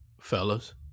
Fellas